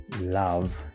love